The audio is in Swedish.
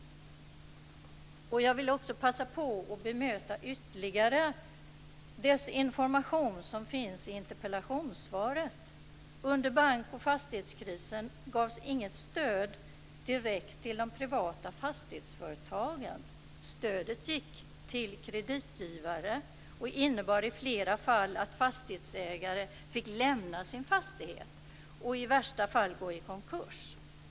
Jag vill passa på att bemöta ytterligare desinformation som finns i interpellationssvaret. Under bankoch fastighetskrisen gavs inget stöd direkt till de privata fastighetsföretagen. Stödet gick till kreditgivare, och innebar i flera fall att fastighetsägare fick lämna sin fastighet och i värsta fall gå i konkurs.